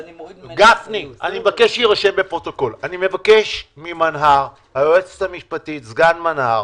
אני מבקש ממנה"ר, היועצת המשפטית, סגן מנה"ר,